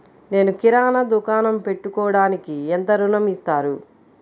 నేను కిరాణా దుకాణం పెట్టుకోడానికి ఎంత ఋణం ఇస్తారు?